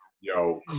yo